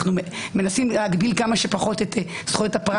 אנו מנסים להגביל כמה שפחות את זכויות.